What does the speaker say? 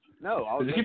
No